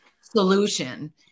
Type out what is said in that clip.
solution